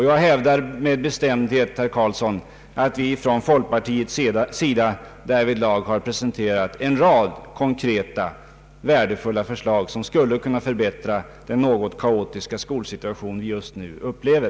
Jag hävdar med bestämdhet, herr Carlsson, att vi från folkpartiets sida därvidlag presenterat en rad värdefulla förslag som skulle kunna förbättra den något kaotiska skolsituation vi just nu upplever.